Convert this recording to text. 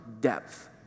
depth